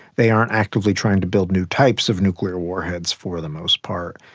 they aren't actively trying to build new types of nuclear warheads, for the most part.